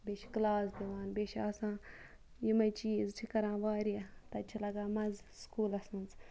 بیٚیہِ چھِ کٕلاس دِوان بیٚیہِ چھُ آسان یِمے چیٖز چھِ کَران واریاہ تَتہِ چھُ لَگان مَزٕ سکوٗلَس مَنٛز